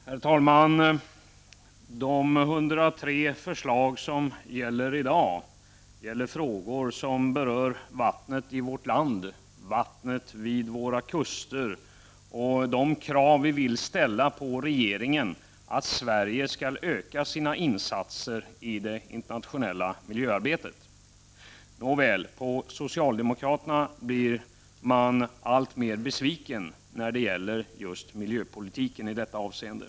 Herr talman! De 103 förslag som behandlas i dag gäller frågor som berör vattnet i vårt land, vattnet vid våra kuster och de krav som vi vill ställa på regeringen att Sverige skall öka sina insatser i det internationella miljöarbetet. På socialdemokraterna blir man alltmer besviken när det gäller just miljöpolitiken i detta avseende.